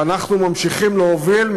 ואנחנו ממשיכים להוביל,